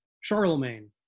Charlemagne